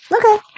Okay